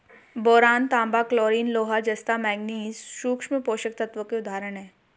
boron, तांबा, chlorine, लोहा, जस्ता, मैंगनीज सूक्ष्म पोषक तत्वों के उदाहरण हैं